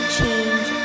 change